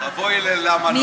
תעברי ללמה לא.